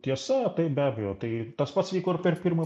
tiesa taip be abejo tai tas pats vyko ir per pirmą